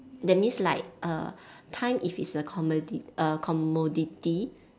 that means like err time if it's a commodi~ err commodity